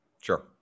Sure